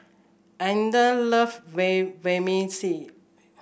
Etna love Vermicelli